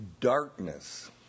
Darkness